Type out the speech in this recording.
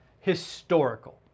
historical